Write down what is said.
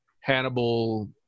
Hannibal